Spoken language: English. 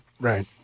Right